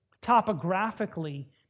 topographically